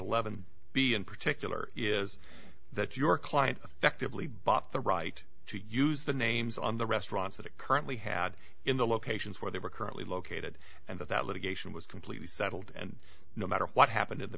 eleven b in particular is that your client effectively bought the right to use the names on the restaurants that are currently had in the locations where they were currently located and that that litigation was completely settled and no matter what happened in the